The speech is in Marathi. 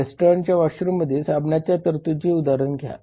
रेस्टॉरंटच्या वॉशरूममध्ये साबणाच्या तरतुदीचे उदाहरण घ्या